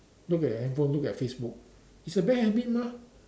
look at your handphone look at Facebook it's a bad habit mah